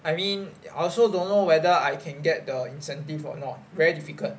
I mean I also don't know whether if I can get the incentive a not very difficult